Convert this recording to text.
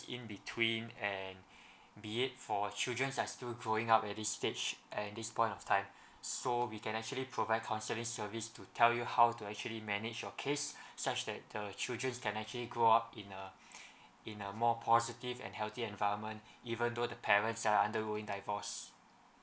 in between and be it for children that are still growing up at this stage at this point of time so we can actually provide counselling service to tell you how to actually manage your case such that the children can actually grow up in a in a more positive and healthy environment even though the parents are undergoing divorce